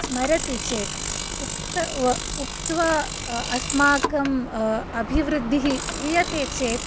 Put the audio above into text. स्मरति चेत् उक्त उक्त्वा अस्माकम् अभिवृद्धिः क्रियते चेत्